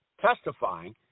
testifying